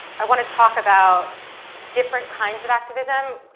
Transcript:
i wanna talk about different kinds of activism,